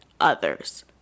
others